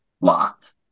locked